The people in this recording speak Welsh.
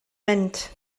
mynd